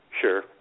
sure